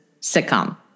sitcom